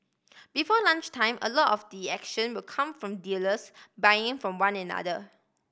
before lunchtime a lot of the action will come from dealers buying from one another